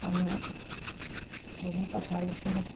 अनि फेरि पछाडि फेरि